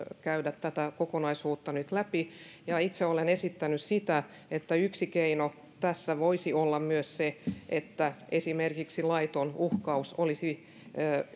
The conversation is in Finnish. käydä tätä kokonaisuutta nyt läpi itse olen esittänyt sitä että yksi keino tässä voisi olla myös se että esimerkiksi laiton uhkaus olisi